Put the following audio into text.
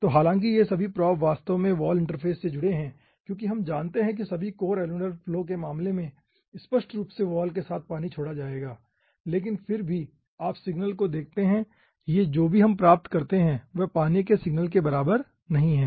तो हालाँकि ये सभी प्रोब वास्ताव में वॉल इंटरफेस से जुड़े हैं क्योंकि हम जानते है कि सभी कोर अनुलर फ्लो के मामले में स्पष्ट रूप से वॉल के साथ पानी जोड़ा जाएगा लेकिन फिर भी आप सिग्नल को देखते हैं ये जो भी हम प्राप्त करते हैं वह पानी के सिग्नल के बराबर नहीं है